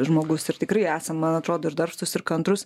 žmogus ir tikrai esam man atrodo ir darbštūs ir kantrūs